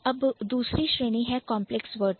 फिर दूसरी श्रेणी है Complex Words कांप्लेक्स वर्ड्स की